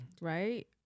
Right